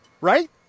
right